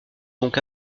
donc